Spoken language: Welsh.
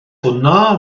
hwnna